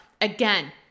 Again